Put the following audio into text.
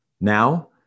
Now